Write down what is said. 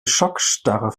schockstarre